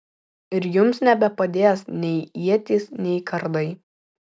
ir jums nebepadės nei ietys nei kardai